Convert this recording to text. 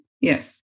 Yes